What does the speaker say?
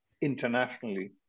internationally